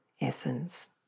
essence